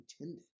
intended